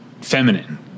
feminine